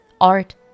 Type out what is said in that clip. art